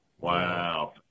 Wow